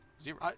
zero